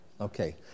Okay